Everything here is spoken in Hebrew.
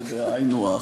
היינו הך.